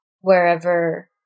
wherever